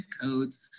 codes